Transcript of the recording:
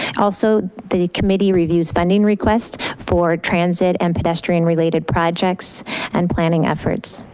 also the committee reviews funding requests for transit and pedestrian related projects and planning efforts.